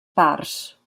parts